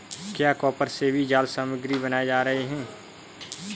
क्या कॉपर से भी जाल सामग्री बनाए जा रहे हैं?